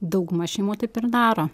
dauguma šeimų taip ir daro